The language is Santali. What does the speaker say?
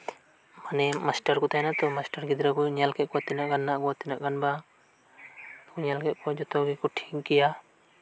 ᱢᱟᱱᱮ ᱢᱟᱥᱴᱟᱨ ᱠᱩ ᱛᱟᱦᱮᱸᱱᱟᱛᱚ ᱢᱟᱥᱴᱟᱨ ᱜᱤᱫᱽᱨᱟᱹᱠᱩ ᱧᱮᱞᱠᱮᱫ ᱠᱚᱣᱟ ᱡᱮ ᱛᱤᱱᱟᱹᱜ ᱜᱟᱱ ᱢᱮᱱᱟᱜ ᱠᱚᱣᱟ ᱛᱤᱱᱟᱹᱜ ᱜᱟᱱ ᱵᱟᱝ ᱧᱮᱞᱠᱮᱫ ᱠᱚᱣᱟ ᱠᱚ ᱡᱚᱛᱚ ᱜᱮᱠᱚ ᱴᱷᱤᱠ ᱜᱮᱭᱟ